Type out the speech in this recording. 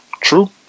True